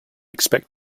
expect